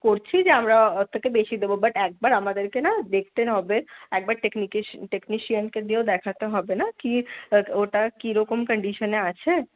করছি যে আমরা তার থেকে বেশি দেব বাট একবার আমাদেরকে না দেখতে হবে একবার টেকনিশিয়ানকে দিয়েও দেখাতে হবে কী ওটা কীরকম কন্ডিশনে আছে